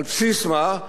על בסיס מה?